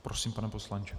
Prosím, pane poslanče.